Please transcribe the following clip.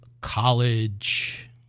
college